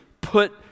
put